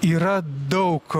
yra daug